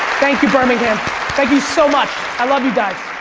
thank you birmingham. thank you so much. i love you guys.